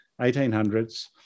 1800s